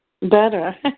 Better